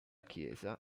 chiesa